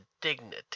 dignity